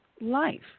life